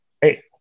Hey